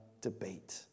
debate